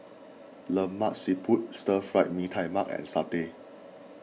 Lemak Siput Stir Fry Mee Tai Mak and Satay